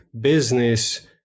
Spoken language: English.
business